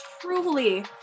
truly